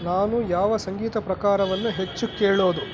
ನಾನು ಯಾವ ಸಂಗೀತ ಪ್ರಕಾರವನ್ನು ಹೆಚ್ಚು ಕೇಳೋದು